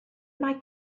mae